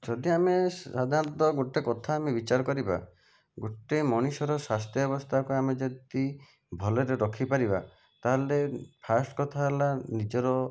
ଯଦି ଆମେ ସାଧାରଣତଃ ଗୋଟିଏ କଥା ଆମେ ବିଚାର କରିବା ଗୋଟିଏ ମଣିଷର ସ୍ୱାସ୍ଥ୍ୟ ଅବସ୍ଥାକୁ ଆମେ ଯଦି ଭଲରେ ରଖିପାରିବା ତାହେଲେ ଫାଷ୍ଟ କଥା ହେଲା ନିଜର